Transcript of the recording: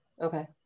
Okay